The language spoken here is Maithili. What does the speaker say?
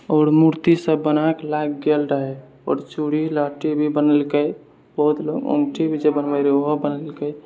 आओर मूर्ति सब बनाके लऽ गेल रहय आओर चूड़ी लहठी भी बनेलके बहुत लोक अँगूठी भी जे बनबय रहय उहो बनेलकय